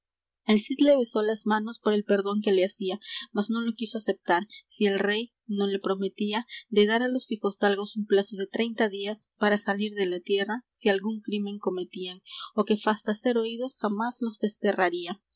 el cid le besó las manos por el perdón que le hacía mas no lo quiso aceptar si el rey no le prometía de dar á los fijosdalgo un plazo de treinta días para salir de la tierra si algún crimen cometían y que fasta ser oídos jamás los